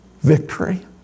victory